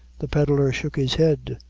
the pedlar shook his head.